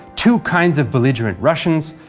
two kinds of belligerent russians,